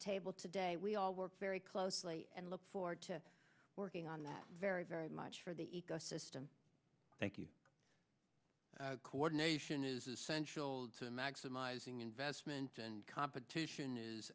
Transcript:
table today we all work very closely and look forward to working on that very very much for the ecosystem thank you coordination is essential to maximizing investment and competition is